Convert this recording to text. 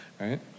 right